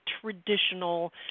traditional